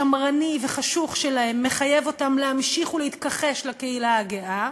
שמרני וחשוך שלהם מחייב אותם להמשיך ולהתכחש לקהילה הגאה,